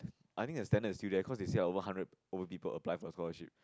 I think their standard is still there cause they say over hundred over people apply for scholarship